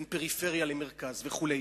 בין פריפריה למרכז וכו'.